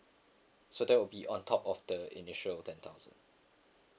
so that will be on top of the initial ten thousand